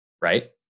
Right